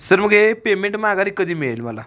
sir मग हे payment माघारी कधी मिळेल मला